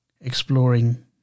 exploring